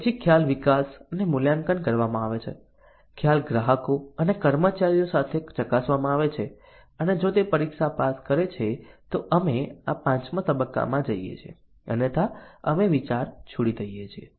પછી ખ્યાલ વિકાસ અને મૂલ્યાંકન કરવામાં આવે છે ખ્યાલ ગ્રાહકો અને કર્મચારીઓ સાથે ચકાસવામાં આવે છે અને જો તે પરીક્ષા પાસ કરે છે તો અમે આ પાંચમા તબક્કામાં જઈએ છીએ અન્યથા અમે વિચાર છોડી દઈએ છીએ